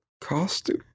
Costume